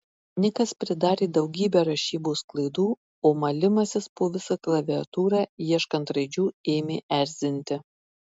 nikas pridarė daugybę rašybos klaidų o malimasis po visą klaviatūrą ieškant raidžių ėmė erzinti